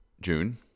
June